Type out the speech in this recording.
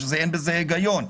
כי אין בזה היגיון.